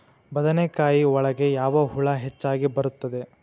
ಬದನೆಕಾಯಿ ಒಳಗೆ ಯಾವ ಹುಳ ಹೆಚ್ಚಾಗಿ ಬರುತ್ತದೆ?